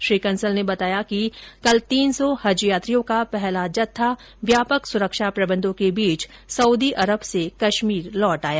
श्री कंसल ने बताया कि कल तीन सौ हज यात्रियों का पहला जत्था व्यापक सुरक्षा प्रबंधों के बीच सऊदी अरब से कश्मीर लौट आया